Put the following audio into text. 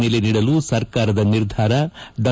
ಮೇಲೆ ನೀಡಲು ಸರ್ಕಾರದ ನಿರ್ಧಾರ ಡಾ